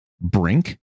Brink